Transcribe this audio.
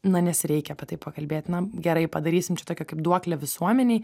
na nes reikia apie tai pakalbėt na gerai padarysim čia tokią kaip duoklę visuomenei